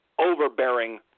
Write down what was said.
overbearing